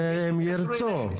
זה אם ירצו.